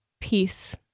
peace